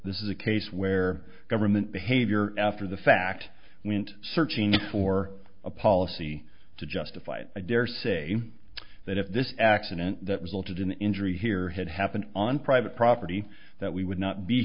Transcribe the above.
this is a case where government behavior after the fact we went searching for a policy to justify it i dare say that if this accident that resulted in injury here had happened on private property that we would not be